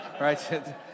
Right